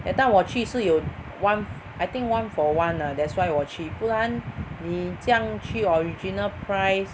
that time 我去是有 one I think one for one lah that's why 我去不然你这样去 original price